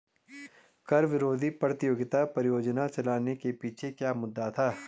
कर विरोधी प्रतियोगिता परियोजना चलाने के पीछे क्या मुद्दा था?